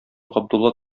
габдулла